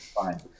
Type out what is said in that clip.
Fine